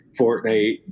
Fortnite